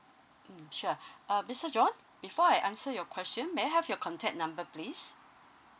mm sure uh mister john before I answer your question may I have your contact number please